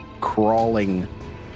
crawling